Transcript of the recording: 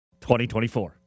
2024